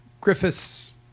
Griffith's